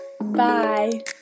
Bye